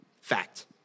Fact